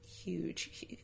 huge